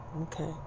okay